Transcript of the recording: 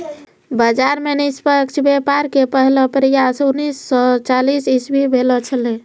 बाजार मे निष्पक्ष व्यापार के पहलो प्रयास उन्नीस सो चालीस इसवी भेलो छेलै